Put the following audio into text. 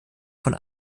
von